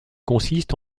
consiste